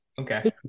Okay